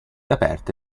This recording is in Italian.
aperte